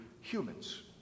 humans